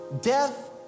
death